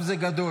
איזה רב,